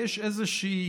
יש איזושהי